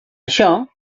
això